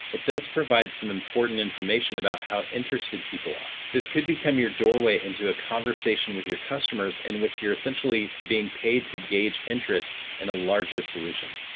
it does provide some important information about how interested people are. this could become your doorway into a conversation with your customers in which you're essentially being paid to gauge interest in a larger solution.